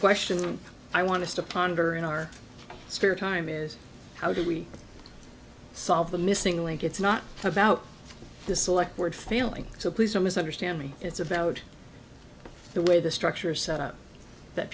question i want to stop ponder in our spare time is how do we solve the missing link it's not about this select word feeling so please don't misunderstand me it's about the way the structure is set up that